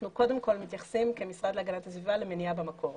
אנחנו קודם כל מתייחסים כמשרד להגנת הסביבה למניעה במקור.